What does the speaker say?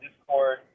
Discord